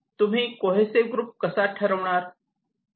तुम्ही cohesive groups कसा ठरवणार